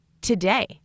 today